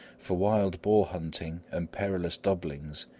for wild-boar hunting and perilous doublings,